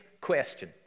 question